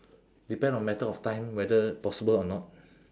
depend on matter of time whether possible or not